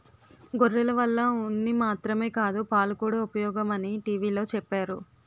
గొర్రెల వల్ల ఉన్ని మాత్రమే కాదు పాలుకూడా ఉపయోగమని టీ.వి లో చెప్పేరు